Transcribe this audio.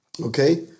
okay